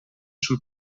sul